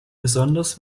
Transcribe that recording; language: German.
besonders